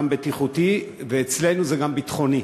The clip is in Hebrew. גם בטיחותי, ואצלנו זה גם ביטחוני,